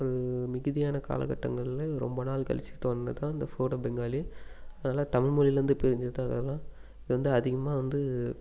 அது மிகுதியான காலக் கட்டங்கள்ல ரொம்ப நாள் கழிச்சு தோன்றுனது தான் இந்த ஃபோடோ பெங்காலி அதனால தமிழ்மொழிலயிருந்து பிரிஞ்சது தான் அதெல்லாம் இது வந்து அதிகமாக வந்து